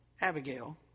Abigail